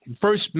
First